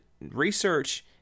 research